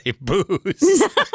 booze